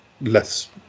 less